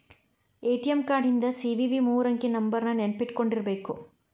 ATM card ಹಿಂದ್ CVV ಮೂರಂಕಿ ನಂಬರ್ನ ನೆನ್ಪಿಟ್ಕೊಂಡಿರ್ಬೇಕು